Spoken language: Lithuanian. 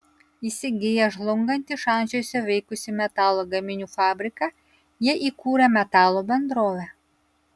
įsigiję žlungantį šančiuose veikusį metalo gaminių fabriką jie įkūrė metalo bendrovę